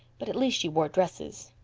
but at least she wore dresses.